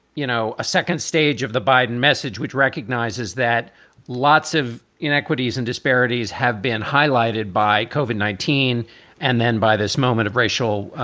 you know, a second stage of the biden message, which recognizes that lots of inequities and disparities have been highlighted by covid nineteen and then by this moment of racial